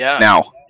now